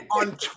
on